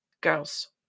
girls